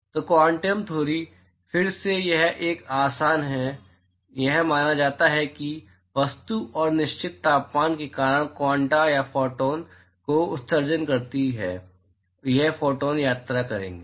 तो quantum theory फिर से यह एक आसन है यह माना जाता है कि वस्तु अपने निश्चित तापमान के कारण क्वांटा या फोटॉन का उत्सर्जन करती है और ये फोटॉन यात्रा करेंगे